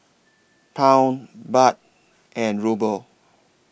Pound Baht and Ruble